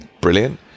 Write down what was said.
brilliant